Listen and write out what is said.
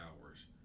hours